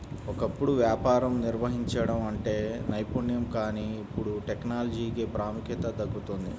ఒకప్పుడు వ్యాపారం నిర్వహించడం అంటే నైపుణ్యం కానీ ఇప్పుడు టెక్నాలజీకే ప్రాముఖ్యత దక్కుతోంది